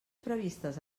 previstes